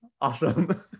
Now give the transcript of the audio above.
awesome